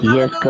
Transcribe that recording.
Yes